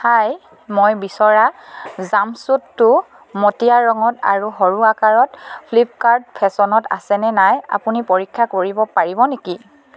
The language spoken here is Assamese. হাই মই বিচৰা জাম্পছুটটো মটিয়া ৰঙত আৰু সৰু আকাৰত ফ্লিপকাৰ্ট ফেশ্বনত আছে নে নাই আপুনি পৰীক্ষা কৰিব পাৰিব নেকি